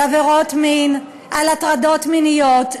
על עבירות מין, על הטרדות מיניות.